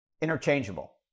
interchangeable